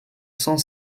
cent